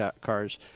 cars